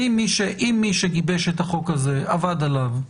אם מי שגיבש את החוק הזה, עבד עליו,